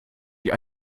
die